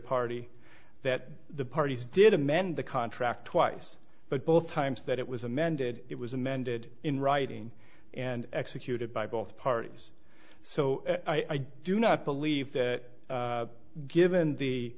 party that the parties did amend the contract twice but both times that it was amended it was amended in writing and executed by both parties so i do not believe that given the